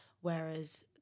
whereas